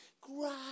grab